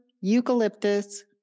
eucalyptus